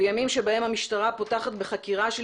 וימים שבהם המשטרה פותחת בחקירה של